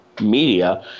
media